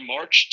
March